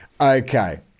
Okay